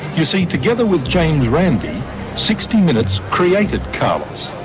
you see together with james randi sixty minutes created carlos.